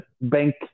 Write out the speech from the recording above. bank